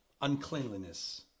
uncleanliness